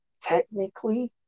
technically